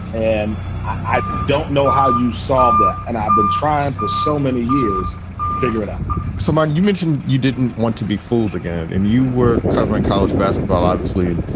and i don't know how you solved that. and i've been trying for so many years to figure it out so, mark, you mentioned you didn't want to be fooled again and you were covering college basketball. obviously,